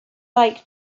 like